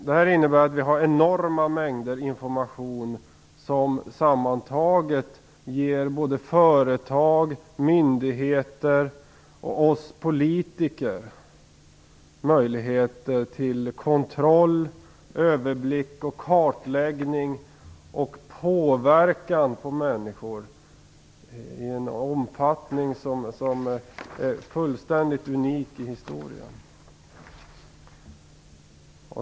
Detta innebär att vi har enorma mängder information som sammantaget ger företag, myndigheter och oss politiker möjligheter till kontroll, överblick, kartläggning och påverkan av människor i en omfattning som är fullständigt unik i historien.